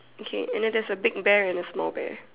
okay and then there's a big bear and a small bear